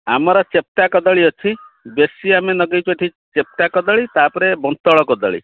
ଆମର ଚେପଟା କଦଳୀ ଅଛି ବେଶୀ ଆମେ ଲଗେଇଛୁ ଏଠି ଚେପଟା କଦଳୀ ତା'ପରେ ବନ୍ତଳ କଦଳୀ